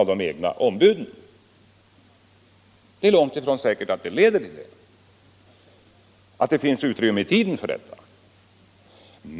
Det är långt ifrån säkert att det finns utrymme i tiden för detta.